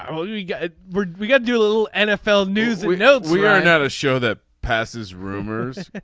um oh we we got it. we we got to do a little nfl news that we know we are not a show that passes rumors.